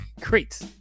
Great